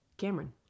Cameron